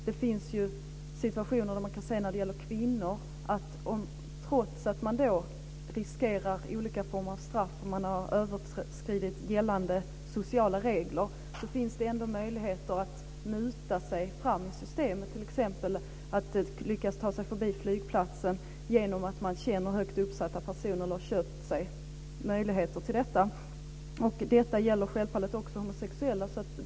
Det finns ju situationer när det gäller kvinnor där man kan se att de trots att de riskerar olika former av straff om de har överskridit gällande sociala regler så finns det ändå möjligheter att muta sig fram i systemet, t.ex. att lyckas ta sig igenom kontrollen på flygplatsen genom att de känner högt uppsatta personer eller genom att de har köpt sig möjligheter till detta. Detta gäller självfallet också homosexuella.